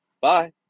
bye